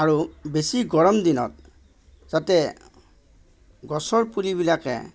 আৰু বেছি গৰম দিনত যাতে গছৰ পুলিবিলাকে